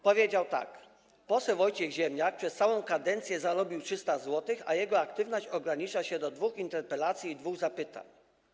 Powiedział tak: poseł Wojciech Ziemniak przez całą kadencję zarobił 300 tys. zł, a jego aktywność ogranicza się do dwóch interpelacji i dwóch zapytań.